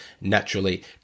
naturally